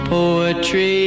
Poetry